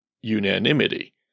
unanimity